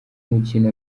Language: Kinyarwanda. mukino